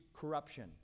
corruption